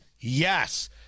Yes